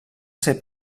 ser